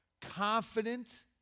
Confident